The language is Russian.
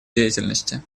деятельности